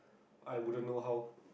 I wouldn't know how